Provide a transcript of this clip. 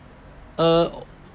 uh